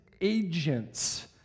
agents